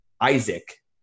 Isaac